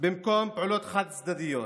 במקום פעולות חד-צדדיות,